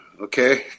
okay